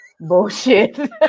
bullshit